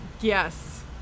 Yes